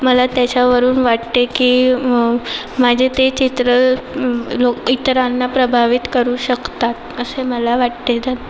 मला त्याच्यावरून वाटते की माझे ते चित्र लो इतरांना प्रभावित करू शकतात असे मला वाटते ध